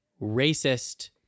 racist